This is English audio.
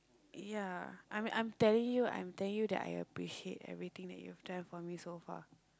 ya I I'm I'm telling you I'm telling you that I appreciate everything that you have done for me so far